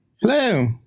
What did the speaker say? Hello